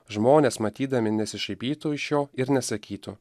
žmonės matydami nesišaipytų iš jo ir nesakytų